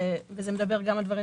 וזה מדבר גם על דברים